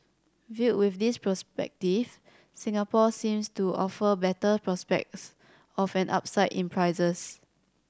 viewed with this perspective Singapore seems to offer better prospects of an upside in prices